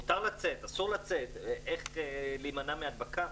מותר לצאת, אסור לצאת, איך להמנע מהדבקה.